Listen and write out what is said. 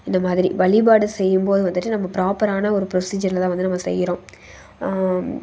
இந்த மாதிரி வழிபாடு செய்யும் போது வந்துட்டு நம்ம பிராப்பரான ஒரு ப்ரொசீஜரில்தான் வந்து நம்ம செய்கிறோம்